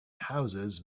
houses